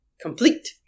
complete